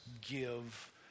give